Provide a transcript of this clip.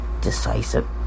decisive